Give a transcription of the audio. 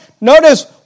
Notice